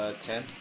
Ten